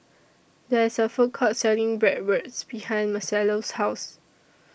There IS A Food Court Selling Bratwurst behind Marcello's House